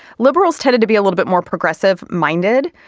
liberals tended to be a little bit more progressive minded.